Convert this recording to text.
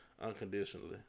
unconditionally